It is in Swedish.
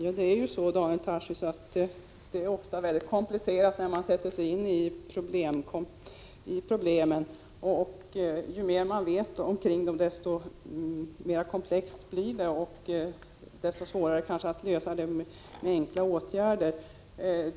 Herr talman! Det är så, Daniel Tarschys, att det ofta blir komplicerat när man sätter sig in i problemen. Ju mer man vet, desto mer komplext blir det hela och desto svårare att lösa med enkla åtgärder.